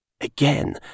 Again